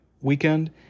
weekend